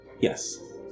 Yes